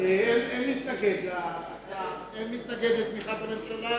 אין מתנגד לתמיכת הממשלה.